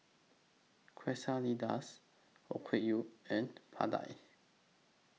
Quesadillas Okayu and Pad Thai